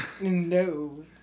No